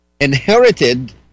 inherited